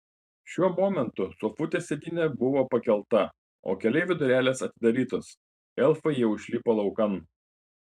šiuo momentu sofutės sėdynė buvo pakelta o keleivių durelės atidarytos elfai jau išlipo laukan